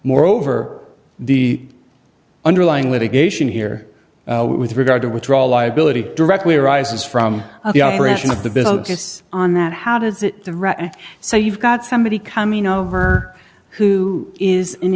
moreover the underlying litigation here with regard to withdraw liability directly arises from the operation of the business on that how does it threaten so you've got somebody coming over who is in the